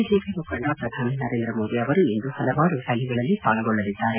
BJP ಮುಖಂಡ ಪ್ರಧಾನಿ ನರೇಂದ್ರ ಮೋದಿ ಅವರು ಇಂದು ಹಲವಾರು ರ್ನಾಲಿಗಳಲ್ಲಿ ಪಾಲ್ಗೊಳ್ಳಲಿದ್ದಾರೆ